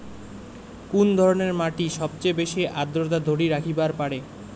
কুন ধরনের মাটি সবচেয়ে বেশি আর্দ্রতা ধরি রাখিবার পারে?